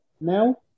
now